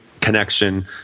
connection